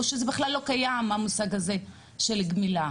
או שזה בכלל לא קיים המושג הזה של גמילה?